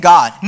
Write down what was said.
God